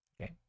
Okay